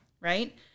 Right